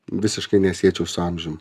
visiškai nesiečiau su amžium